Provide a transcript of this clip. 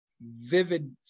vivid